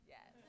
Yes